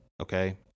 okay